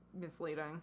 misleading